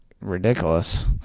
ridiculous